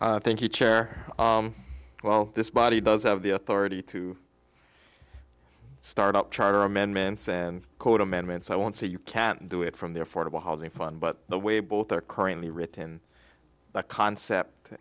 ok thank you chair well this body does have the authority to start up charter amendments and code amendments i want say you can't do it from there for the housing fun but the way both are currently written that concept